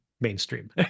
mainstream